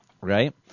Right